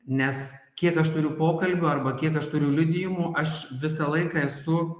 nes kiek aš turiu pokalbių arba kiek aš turiu liudijimų aš visą laiką esu